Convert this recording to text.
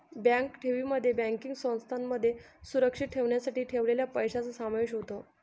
bank ठेवींमध्ये banking संस्थांमध्ये सुरक्षित ठेवण्यासाठी ठेवलेल्या पैशांचा समावेश होतो